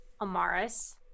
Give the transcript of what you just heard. Amaris